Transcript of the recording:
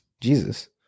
Jesus